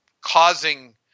causing